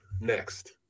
next